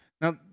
Now